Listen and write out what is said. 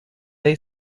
they